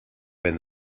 vent